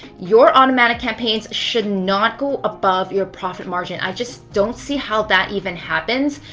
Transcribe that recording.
your automatic campaigns should not go above your profit margin. i just don't see how that even happens.